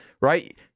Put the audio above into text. Right